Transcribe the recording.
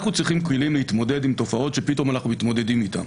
אנחנו צריכים כלים להתמודד עם תופעות שפתאום צריך להתמודד איתן,